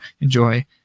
enjoy